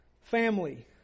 Family